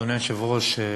אדוני היושב-ראש,